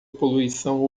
poluição